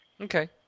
Okay